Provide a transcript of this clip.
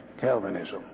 Calvinism